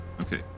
okay